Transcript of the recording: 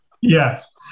Yes